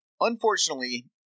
Unfortunately